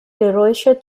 geräusche